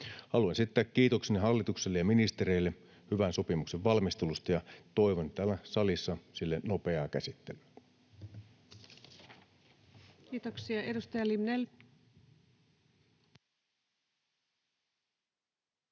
Haluan esittää kiitokseni hallitukselle ja ministereille hyvän sopimuksen valmistelusta, ja toivon täällä salissa sille nopeaa käsittelyä. Kiitoksia. — Edustaja Limnell.